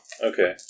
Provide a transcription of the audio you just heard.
Okay